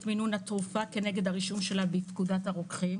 מינון התרופה כנגד רישומה בפקודת הרוקחים?